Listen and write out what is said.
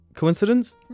Coincidence